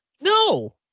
No